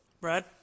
Brad